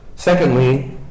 Secondly